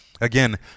Again